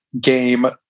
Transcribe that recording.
game